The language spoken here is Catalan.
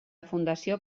fundació